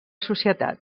societat